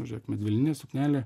žiūrėk medvilninė suknelė